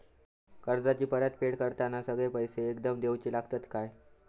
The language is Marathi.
कर्जाची परत फेड करताना सगळे पैसे एकदम देवचे लागतत काय?